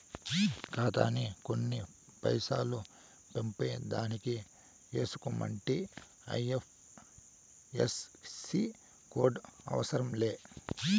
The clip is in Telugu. ఖాతాకి కొన్ని పైసలు పంపేదానికి ఎసుమంటి ఐ.ఎఫ్.ఎస్.సి కోడులు అవసరం లే